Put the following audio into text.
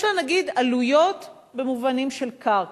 יש לה נגיד עלויות במובנים של קרקע,